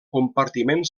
compartiment